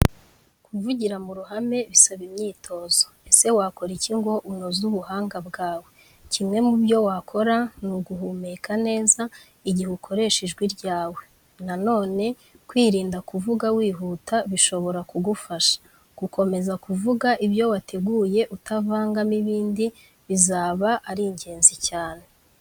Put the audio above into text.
Kuvugira mu ruhame bisaba imyitozo. Ese wakora iki ngo unoze ubuhanga bwawe? Kimwe mu byo wakora ni uguhumeka neza igihe ukoresha ijwi ryawe. Na none kwirinda kuvuga wihuta bishobora kugufasha. Gukomeza kuvuga ibyo wateguye utavangamo ibindi bizaba ari ingenzi cyane.